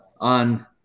on